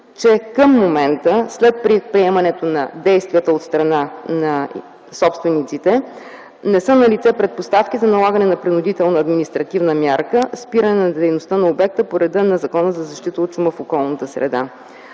че към момента след приемането на действията от страна на собствениците, не са налице предпоставки за налагане на принудителна административна мярка – спиране дейността на обекта по реда на Закона за защита от шума в околната среща.